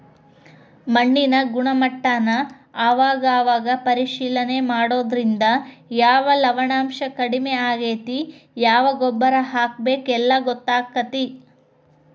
ಮಣ್ಣಿನ ಗುಣಮಟ್ಟಾನ ಅವಾಗ ಅವಾಗ ಪರೇಶಿಲನೆ ಮಾಡುದ್ರಿಂದ ಯಾವ ಲವಣಾಂಶಾ ಕಡಮಿ ಆಗೆತಿ ಯಾವ ಗೊಬ್ಬರಾ ಹಾಕಬೇಕ ಎಲ್ಲಾ ಗೊತ್ತಕ್ಕತಿ